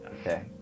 Okay